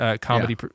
comedy